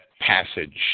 passage